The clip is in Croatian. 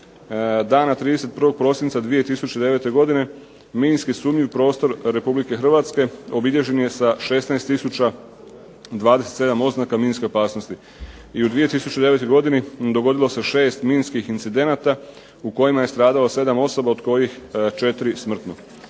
Dana 31. prosinca 2009. godine minski sumnjiv prostor Republike Hrvatske obilježen je sa 16 tisuća 27 oznaka minske opasnosti i u 2009. godini dogodilo se 6 minskih incidenata u kojima je stradalo 7 osoba, od kojih 4 smrtno.